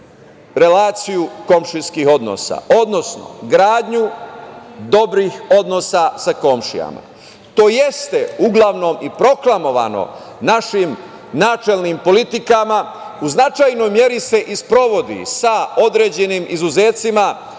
relaciju komšijskih odnosa, odnosno gradnju dobrih odnosa sa komšijama. To jeste uglavnom i proklamovano našim načelnim politikama. U značajnoj meri se i sprovodi sa određenim izuzecima